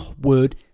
word